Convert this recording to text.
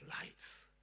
Lights